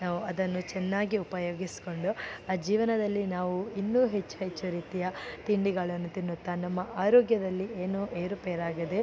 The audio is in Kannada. ನಾವು ಅದನ್ನು ಚೆನ್ನಾಗಿ ಉಪಯೋಗಿಸಿಕೊಂಡು ಆ ಜೀವನದಲ್ಲಿ ನಾವು ಇನ್ನೂ ಹೆಚ್ಚು ಹೆಚ್ಚು ರೀತಿಯ ತಿಂಡಿಗಳನ್ನು ತಿನ್ನುತ್ತಾ ನಮ್ಮ ಆರೋಗ್ಯದಲ್ಲಿ ಏನು ಏರುಪೇರಾಗದೆ